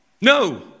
No